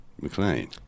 McLean